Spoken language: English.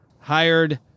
hired